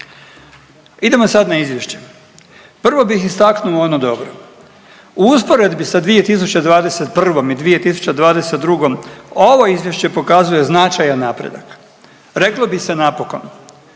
Idemo sad na izvješće. Prvo bih istaknuo ono dobro. U usporedbi sa 2021. i 2022. ovo izvješće pokazuje značajan napredak. Reklo bi se napokon.